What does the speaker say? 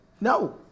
no